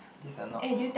these are not